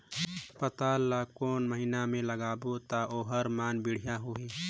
पातल ला कोन महीना मा लगाबो ता ओहार मान बेडिया होही?